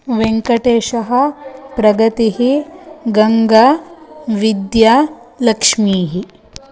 वेङ्कटेशः प्रगतिः गङ्गा विद्या लक्ष्मीः